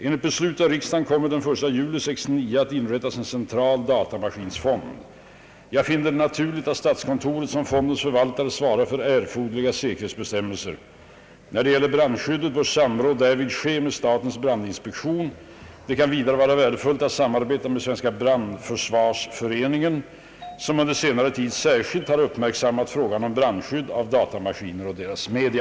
Enligt beslut av riksdagen kommer den 1 juli 1969 att inrättas en central datamaskinfond. Jag finner det naturligt att statskontoret som fondens förvaltare svarar för erforderliga säkerhetsbestämmelser. När det gäller brandskyddet bör samråd därvid ske med statens brandinspektion. Det kan vidare vara värdefullt att samarbeta med Svenska brandförsvarsföreningen, som under senare tid särskilt uppmärksammat frågan om brandskydd av datamaskiner och deras media.